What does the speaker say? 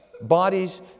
Bodies